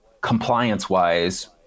compliance-wise